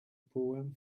poem